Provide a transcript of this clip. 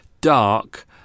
dark